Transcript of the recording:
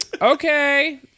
Okay